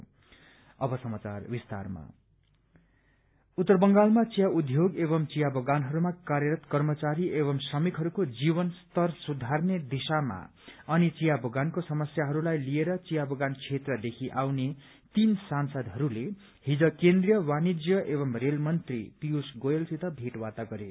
T labour उत्तर बंगालमा चिया उद्योग एवं चिया बगानहरूमा कार्यरह कर्मचारी एवं श्रमिकहरूको जीवन स्तर सुधार्ने दिशामा अनि चिया बगानको समस्याहरूलाई लिएर चिया बगान क्षेत्रदेखि आउने तीन सांसदहरूले हिज केन्द्रीय वाणिज्य एवं रेल मन्त्री पियूष गोयलसित भेटवार्ता गरे